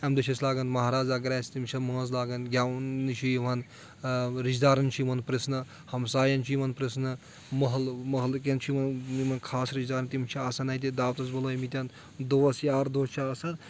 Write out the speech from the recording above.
اَمہِ دۄہ چھِ أسۍ لاگان مہراز اگر آسہِ تِم چھِ مٲنٛز لاگان گؠوُن نِش چھُ یِوان رِشدارَن چھِ یِوان پرٛژھنہٕ ہمسایَن چھُ یِوان پرژھٕنہٕ محلہٕ محلہٕ کؠن چھِ یِوان یِمن خاص رِشدار تِم چھِ آسان اَتہِ دعوتس بُلٲومٕتؠن دوس یار دوس چھِ آسان